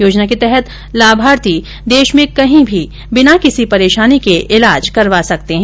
योजना के तहत लाभार्थी देश में कहीं भी बिना किसी परेशानी के इलाज करवा सकते हैं